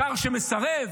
שר שמסרב?